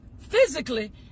Physically